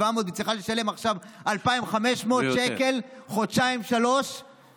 וצריכה לשלם עכשיו 2,500 שקל חודשיים-שלושה?